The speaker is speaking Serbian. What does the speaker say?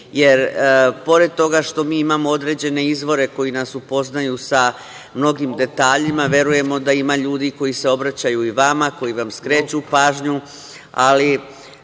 Jer, pored toga što mi imamo određene izvore, koji nas upoznaju sa mnogim detaljima, verujemo da ima ljudi koji se obraćaju i vama, koji vam skreću pažnju, ali